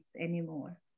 anymore